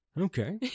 okay